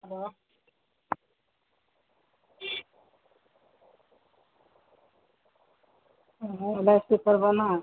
hello L I C करवाना है